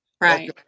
Right